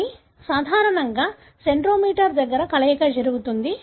కానీ సాధారణంగా సెంట్రోమీర్ దగ్గర కలయిక జరుగుతుంది